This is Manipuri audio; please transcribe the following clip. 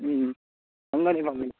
ꯎꯝ ꯐꯪꯒꯅꯤ ꯐꯪꯒꯅꯤ